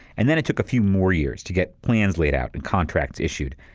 and then it took a few more years to get plans laid out and contract issued.